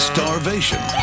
Starvation